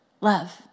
Love